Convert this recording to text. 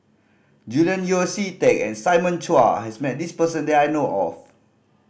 Julian Yeo See Teck and Simon Chua has met this person that I know of